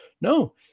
No